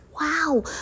Wow